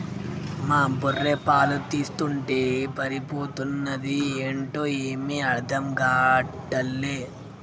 మా బర్రె పాలు తీస్తుంటే పారిపోతన్నాది ఏంటో ఏమీ అర్థం గాటల్లే